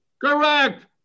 Correct